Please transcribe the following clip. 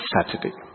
Saturday